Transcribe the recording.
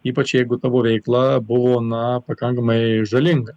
ypač jeigu tavo veikla buvo na pakankamai žalinga